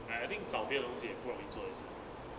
I I think 找别的东西也不容易做也是